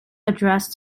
addressed